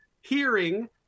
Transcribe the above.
hearing